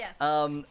Yes